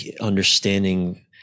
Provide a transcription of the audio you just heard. understanding